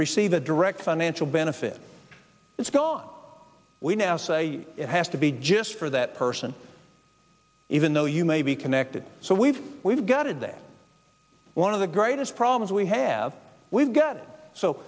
receive a direct financial benefit it's gone we now say it has to be just for that person even though you may be connected so we've we've got today one of the greatest problems we have we've got it so